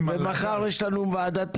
בארץ.